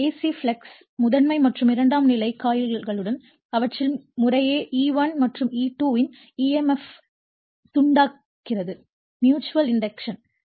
இந்த AC flux முதன்மை மற்றும் இரண்டாம் நிலை காயில்களுடன் அவற்றில் முறையே E1 மற்றும் E2 இன் EMF ஐ தூண்டுகிறது ம்யூச்சுவல் இண்டக்டன்ஸ்